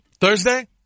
Thursday